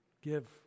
Give